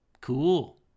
Cool